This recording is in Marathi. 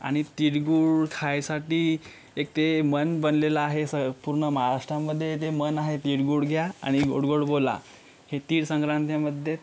आणि तिळगूळ खायसाठी एक ते मन बनलेलं आहे स पूर्ण महाराष्ट्रामध्ये ते मन आहे तिळगूळ घ्या आणि गोड गोड बोला हे तीळ संक्रांतीमध्ये